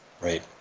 Right